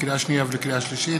לקריאה שנייה ולקריאה שלישית,